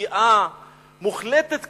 לגוויעה מוחלטת כמעט.